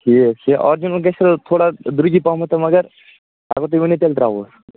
ٹھیٖک چھُ آرِجِنل گَژھِ تھوڑا تھوڑا درٛۅگٕے پَہَم تہٕ مگر اگر تُہۍ ؤنِو تیٚلہِ ترٛاوہوس